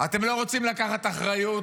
ואתם לא רוצים לקחת אחריות.